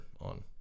on